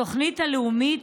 התוכנית הלאומית